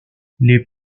les